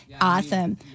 awesome